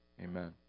Amen